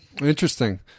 Interesting